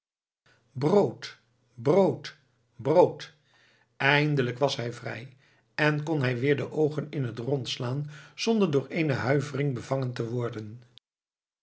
brood brood brood eindelijk was hij vrij en kon hij weer de oogen in het rond slaan zonder door eene huivering bevangen te worden